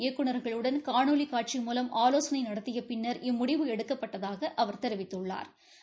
இயக்குநர்களுடன் காணொலி காட்சி மூலம் ஆலோசனை நடத்திய பின்னா் இம்முடிவு எடுக்கப்பட்டதாக அவா் தெரிவித்துள்ளாா்